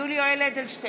יולי יואל אדלשטיין,